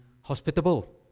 hospitable